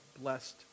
blessed